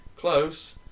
Close